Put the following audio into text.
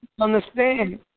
Understand